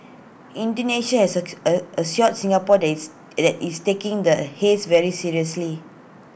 Indonesia has ex A assured Singapore that it's that it's taking the haze very seriously